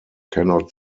cannot